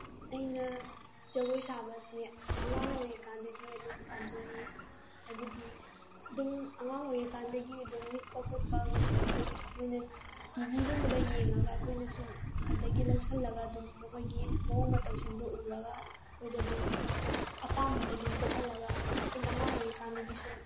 ꯑꯩꯅ ꯖꯒꯣꯏ ꯁꯥꯕꯁꯤ ꯑꯉꯥꯡ ꯑꯣꯏꯔꯤꯀꯥꯟꯗꯒꯤ ꯑꯗꯨꯝ ꯄꯥꯝꯖꯔꯛꯏ ꯍꯥꯏꯕꯗꯤ ꯑꯗꯨꯝ ꯑꯉꯥꯡ ꯑꯣꯏꯔꯤꯀꯥꯟꯗꯒꯤ ꯑꯗꯨꯝ ꯅꯤꯛꯄ ꯈꯣꯠꯄꯒꯨꯝꯕꯁꯤ ꯑꯩꯈꯣꯏꯅ ꯇꯤ ꯚꯤꯒꯨꯝꯕꯗ ꯌꯦꯡꯉꯒ ꯑꯩꯈꯣꯏꯅ ꯁꯨꯝ ꯑꯗꯒꯤ ꯂꯧꯁꯤꯜꯂꯒ ꯑꯗꯨꯝ ꯃꯈꯣꯏꯒꯤ ꯃꯑꯣꯡ ꯃꯇꯧꯁꯤꯡꯗꯨ ꯎꯔꯒ ꯑꯩꯈꯣꯏꯗ ꯑꯗꯨꯝ ꯑꯄꯥꯝꯕꯗꯨ ꯑꯗꯨꯝ ꯄꯣꯛꯍꯜꯂꯒ ꯑꯗꯨꯝ ꯑꯉꯥꯡ ꯑꯣꯏꯔꯤꯀꯥꯟꯗꯒꯤ ꯁꯨꯝ